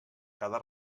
cada